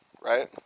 right